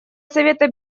совета